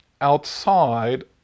outside